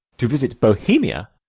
to visit bohemia,